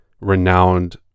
renowned